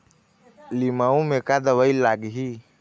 लिमाऊ मे का दवई लागिही?